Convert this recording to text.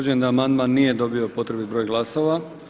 Amandman nije dobio potrebni broj glasova.